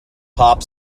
pop